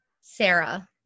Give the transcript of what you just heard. Sarah